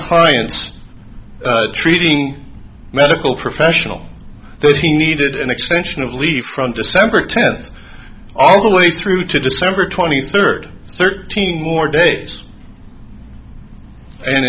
client's treating medical professional those he needed an extension of leave from december tenth all the way through to december twenty third thirteen more days and